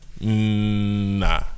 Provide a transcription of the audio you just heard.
Nah